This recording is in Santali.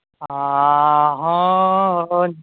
ᱦᱚᱸ